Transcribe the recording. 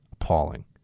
Appalling